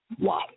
Wow